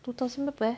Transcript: two thousand berapa eh